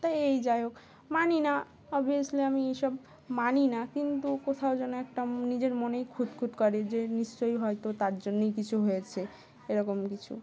তাই এই যাই হোক মানি না অবভিয়াসলি আমি এইসব মানি না কিন্তু কোথাও যেন একটা নিজের মনেই খুঁতখুত করে যে নিশ্চয়ই হয়তো তার জন্যেই কিছু হয়েছে এরকম কিছু